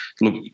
look